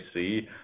see